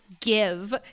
give